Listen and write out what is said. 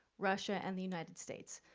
russia, and the united states.